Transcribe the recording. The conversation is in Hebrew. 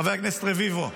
חבר הכנסת רביבו,